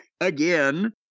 again